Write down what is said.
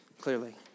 clearly